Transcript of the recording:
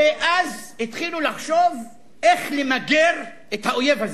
ואז התחילו לחשוב איך למגר את האויב הזה.